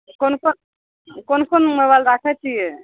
कोन कोन कोन कोन मोबाइल राखय छियै